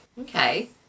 Okay